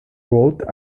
wrote